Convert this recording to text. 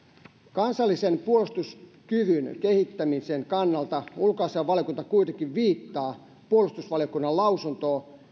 kansallisen puolustuskyvyn kehittämisen kannalta ulkoasiainvaliokunta kuitenkin viittaa puolustusvaliokunnan lausuntoon